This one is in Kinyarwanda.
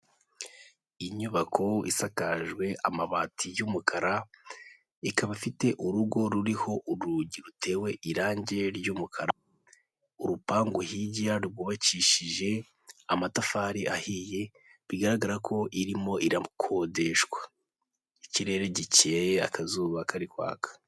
Inyubako isakajwe amabati y'umukara, ikaba ifite urugo ruriho urugi rutewe irangi ry'umukara. Urupangu hirya rwubakishije amatafari ahiye, bigaragara ko irimo irakodeshwa. Ikirere gikeye, akazuba kari kwaka.